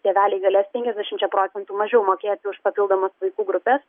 tėveliai galės penkiasdešimčia procentų mažiau mokėti už papildomas vaikų grupes